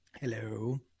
Hello